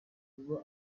kuba